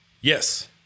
Yes